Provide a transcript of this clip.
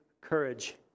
courage